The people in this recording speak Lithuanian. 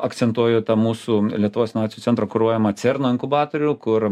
akcentuoju tą mūsų lietuvos inovacijų centro kuruojamą cerna inkubatorių kur